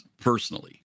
personally